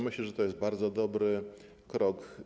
Myślę, że to jest bardzo dobry krok.